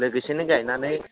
लोगोसेनो गायनानै